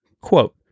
quote